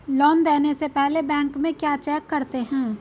Loan देने से पहले बैंक में क्या चेक करते हैं?